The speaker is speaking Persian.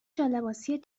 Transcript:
جالباسی